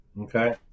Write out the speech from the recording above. Okay